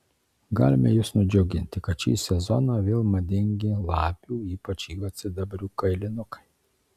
galime jus nudžiuginti kad šį sezoną vėl madingi lapių ypač juodsidabrių kailinukai